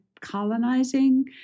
colonizing